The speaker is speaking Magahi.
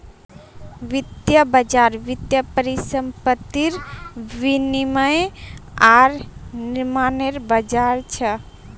वित्तीय बज़ार वित्तीय परिसंपत्तिर विनियम आर निर्माणनेर बज़ार छ